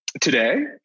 today